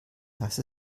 dass